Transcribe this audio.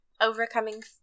overcoming